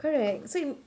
correct so you